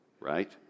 right